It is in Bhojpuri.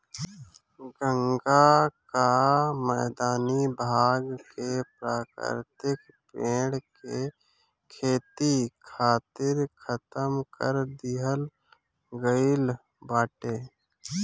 गंगा कअ मैदानी भाग के प्राकृतिक पेड़ के खेती खातिर खतम कर दिहल गईल बाटे